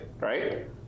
right